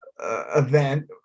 event